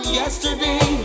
yesterday